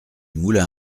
moulin